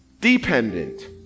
dependent